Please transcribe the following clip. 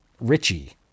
Richie